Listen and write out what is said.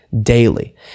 daily